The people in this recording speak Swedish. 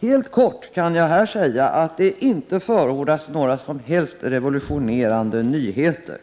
Helt kort kan jag här säga att det inte förordas några som helst revolutionerande nyheter.